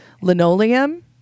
linoleum